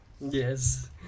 Yes